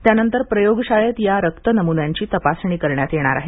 त्यानंतर प्रयोगशाळेत या रक्त नमुन्यांची तपासणी करण्यात येणार आहे